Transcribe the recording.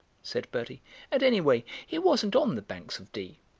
said bertie and anyway he wasn't on the banks of dee.